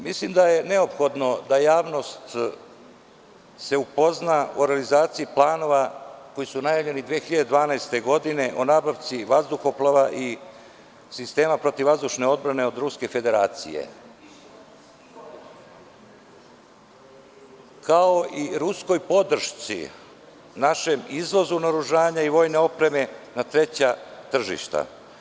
Mislim da je neophodno da se javnost upozna sa realizacijom planova koji su najavljeni 2012. godine o nabavci vazduhoplova i sistema PVO od Ruske Federacije, kao i ruskoj podršci našem izvozu naoružanja i vojne opreme na treća tržišta.